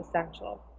essential